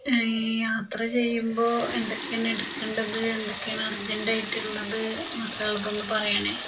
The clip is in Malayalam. യാത്ര ചെയ്യുമ്പോൾ എന്തൊക്കെയാണ് എടുക്കേണ്ടത് എന്തൊക്കെയാണ് അർജൻറ്റായിട്ടുള്ളത് എന്നൊക്കെയുള്ളതൊന്നു പറയണേ